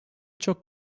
çok